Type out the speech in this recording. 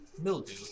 mildew